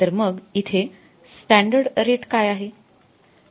तर मग इथे स्टॅंडर्ड रेट काय आहे